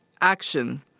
action